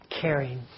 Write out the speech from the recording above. Caring